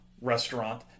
restaurant